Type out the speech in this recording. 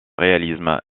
réalisme